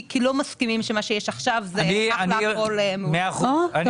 כי אנחנו לא מסכימים שמה שיש עכשיו -- יש לי